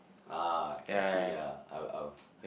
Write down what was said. ah actually ya I would I would